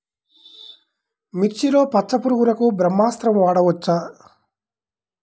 మిర్చిలో పచ్చ పురుగునకు బ్రహ్మాస్త్రం వాడవచ్చా?